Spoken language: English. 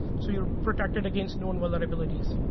so you're protected against known vulnerabilities.